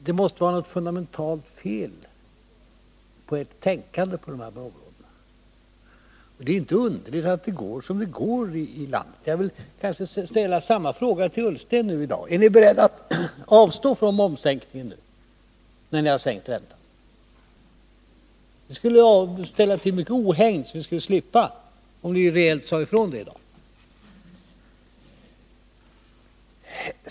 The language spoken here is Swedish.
Det måste vara något fundamentalt fel i ert tänkande på de här båda områdena. Det är inte underligt att det går som det går ibland. Jag vill ställa samma fråga till Ola Ullsten i dag: Är ni beredda att avstå från momssänkningen nu när ni har sänkt räntan? Vi skulle slippa mycket ohägn om ni rejält sade ifrån på den punkten i dag.